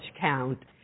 count